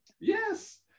Yes